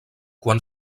quan